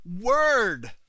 word